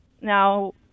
now